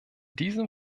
diesem